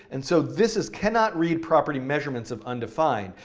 and so this is cannot read property measurements of undefined.